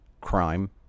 crime